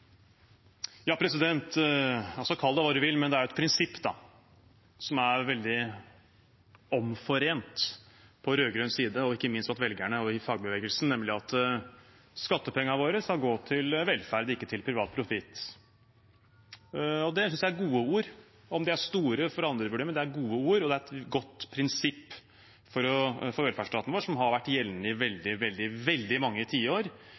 veldig omforent på rød-grønn side og ikke minst blant velgerne og i fagbevegelsen, nemlig at skattepengene våre skal gå til velferd, ikke til privat profitt. Det synes jeg er gode ord. Om de er store, får andre vurdere, men det er gode ord. Det er også et godt prinsipp for velferdsstaten vår, som har vært gjeldende i veldig, veldig, veldig mange tiår